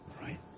Right